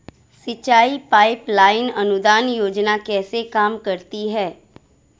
सिंचाई pipeline अनुदान योजना कैसे काम करती है?